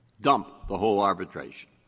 dump the whole arbitration